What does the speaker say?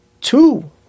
two